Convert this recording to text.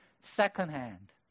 Secondhand